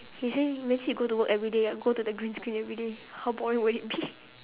he say imagine you go to work everyday you go to the green screen everyday how boring would it be